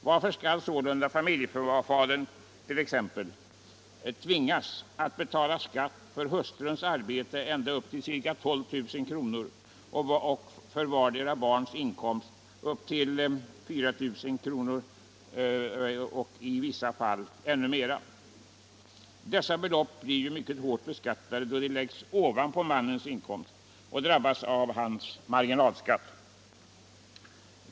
Varför skall t.ex. familjefadern tvingas att betala skatt för hustruns 29 arbete ända upp till ca 12 000 kr. och för varje barns inkomst upp till 4 500 kr., och i vissa fall ännu mera? Dessa belopp blir ju mycket hårt beskattade, då de läggs ovanpå mannens inkomst och drabbas av hans marginalskatt.